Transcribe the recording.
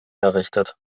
errichtet